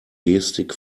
gestik